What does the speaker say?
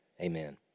Amen